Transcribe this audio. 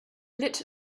lit